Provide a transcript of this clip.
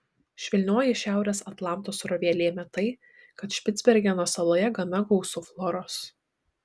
švelnioji šiaurės atlanto srovė lėmė tai kad špicbergeno saloje gana gausu floros